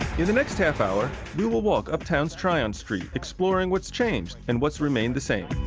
in the next half hour we will walk uptown's tryon street, exploring what's changed and what's remained the same.